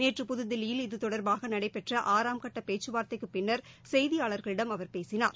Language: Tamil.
நேற்று புதுதில்லியில் இது தொடர்பாக நடைபெற்ற ஆறாம் கட்ட பேச்சுவார்த்தைக்குப் பின்னர் செய்தியாளர்களிடம் அவர் பேசினார்